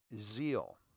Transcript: zeal